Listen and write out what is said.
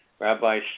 Rabbi